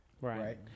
Right